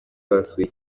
basuye